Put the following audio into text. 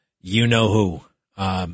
you-know-who